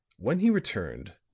when he returned,